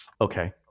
Okay